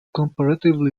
comparatively